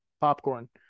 popcorn